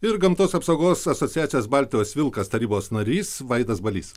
ir gamtos apsaugos asociacijos baltijos vilkas tarybos narys vaidas balys